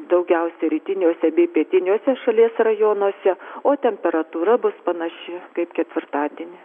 daugiausiai rytiniuose bei pietiniuose šalies rajonuose o temperatūra bus panaši kaip ketvirtadienį